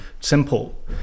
Simple